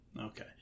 Okay